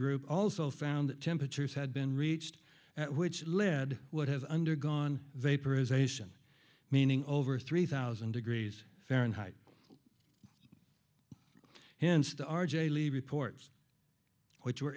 group also found that temperatures had been reached at which lead would have undergone vaporisation meaning over three thousand degrees fahrenheit hence the r j leave reports which were